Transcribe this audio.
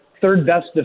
third-best